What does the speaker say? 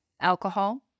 alcohol